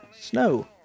Snow